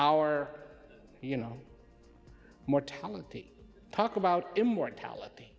our you know mortality talk about immortality